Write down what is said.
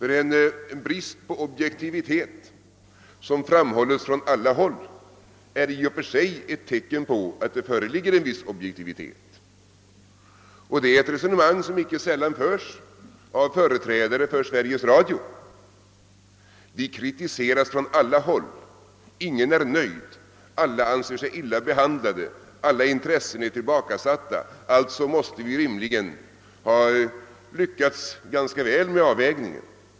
Om det på alla håll talas om brist på objektivitet, är det i och för sig ett tecken på att det föreligger en viss objektivitet. Ett resonemang som icke sällan förs av företrädare för Sveriges Radio är detta: Programmen kritiseras från alla håll, ingen är nöjd, alla anser sig illa behandlade och menar att olika intressen är tillbakasatta — alltså måste Sveriges Radio rimligtvis ha lyckats ganska väl med avvägningen.